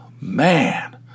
man